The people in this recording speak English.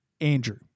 Andrew